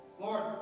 Lord